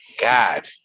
God